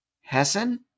Hessen